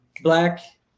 Black